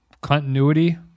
continuity